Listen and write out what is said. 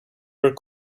her